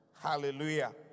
Hallelujah